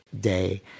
day